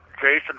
Jason